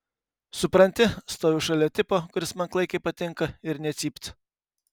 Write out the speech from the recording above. supranti stoviu šalia tipo kuris man klaikiai patinka ir nė cypt